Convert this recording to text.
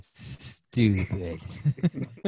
stupid